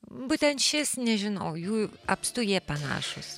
būtent šis nežinau jų apstu jie panašūs